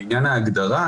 לעניין ההגדרה